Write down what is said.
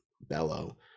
bellow